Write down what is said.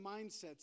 mindsets